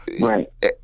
Right